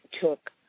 took